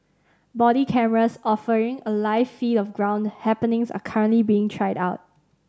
body cameras offering a live feed of ground happenings are currently being tried out